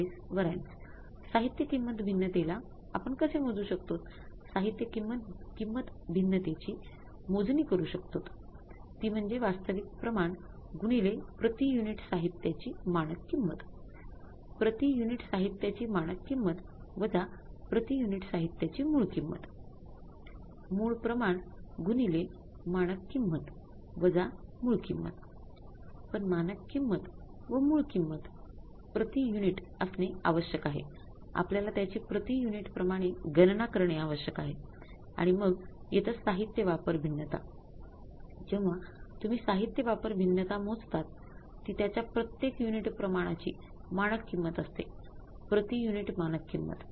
पण मानक किंमत